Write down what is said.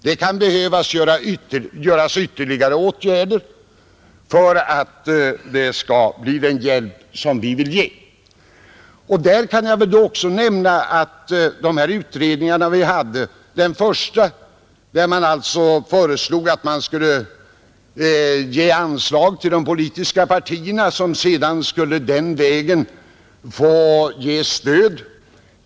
Det kan behöva företas ytterligare åtgärder för att stödet skall bli den hjälp som vi vill ge. Där kan jag väl också nämna om att den första av de gjorda utredningarna föreslog att man skulle ge anslag till de politiska partierna, som sedan skulle få lämna stöd.